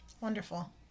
wonderful